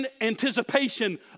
anticipation